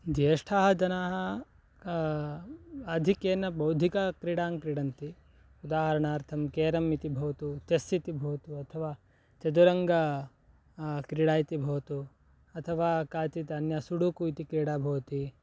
ज्येष्ठाः जनाः आधिक्येन बौद्धिकक्रीडां क्रीडन्ति उदाहरणार्थं केरम् इति भवतु चेस् इति भवतु अथवा चदुरङ्ग क्रीडा इति भवतु अथवा काचित् अन्या सुडुकु इति क्रीडा भवति